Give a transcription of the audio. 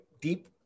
deep